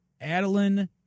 Adeline